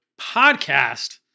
podcast